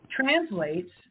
translates